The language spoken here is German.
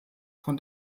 von